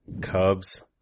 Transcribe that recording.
Cubs